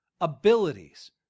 abilities